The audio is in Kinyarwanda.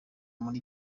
muri